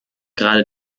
gerade